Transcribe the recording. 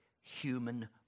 human